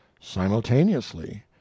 simultaneously